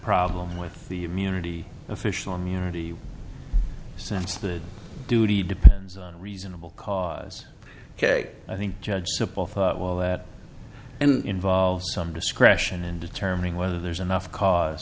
problem with the immunity official immunity since the duty depends on reasonable cause ok i think judge simple thought well that and involves some discretion in determining whether there's enough cause